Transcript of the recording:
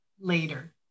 later